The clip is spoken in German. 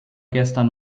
gestern